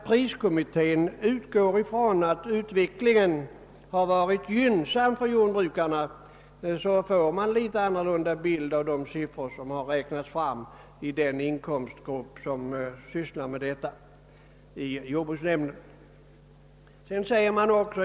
Priskommittén utgår från att utvecklingen har varit gynnsam för jordbrukarna, men man får en litet annan bild när man ser dessa siffror, som har räknats fram av den grupp i jordbruksnämnden som sysslar med dessa saker.